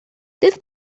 this